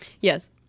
Yes